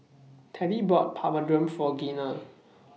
Teddie bought Papadum For Gina